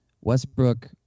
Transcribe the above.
Westbrook